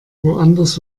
woanders